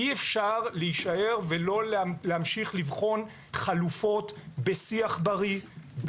אי אפשר להישאר ולא להמשיך לבחון חלופות בשיח בריא,